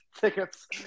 tickets